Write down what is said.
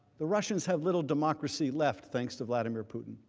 the russians have little democracy left thanks to vladimir putin.